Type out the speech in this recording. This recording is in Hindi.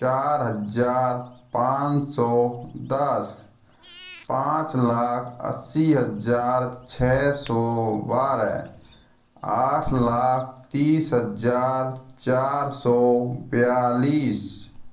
चार हज़ार पाँच सौ दस पाँच लाख अस्सी हज़ार छ सौ बारह आठ लाख तीस हज़ार चार सौ बयालीस